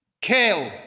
kill